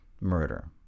murder